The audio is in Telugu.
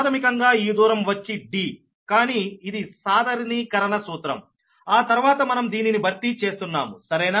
ప్రాథమికంగా ఈ దూరం వచ్చి Dకానీ ఇది సాధారణీకరణ సూత్రం ఆ తర్వాత మనం దీనిని భర్తీ చేస్తున్నాము సరేనా